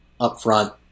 upfront